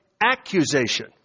accusation